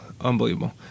Unbelievable